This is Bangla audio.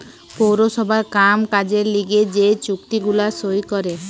পৌরসভার কাম কাজের লিগে যে চুক্তি গুলা সই করে